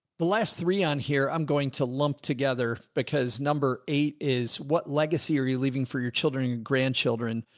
the last three on here, i'm going to lump together because number eight is what legacy are you leaving for your children and grandchildren.